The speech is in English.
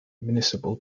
municipal